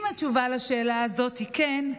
אם התשובה לשאלה הזאת היא כן,